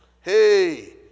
Hey